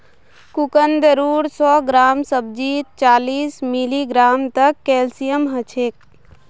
कुंदरूर सौ ग्राम सब्जीत चालीस मिलीग्राम तक कैल्शियम ह छेक